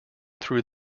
through